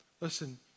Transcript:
Listen